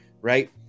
right